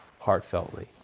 heartfeltly